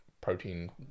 protein